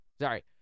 Sorry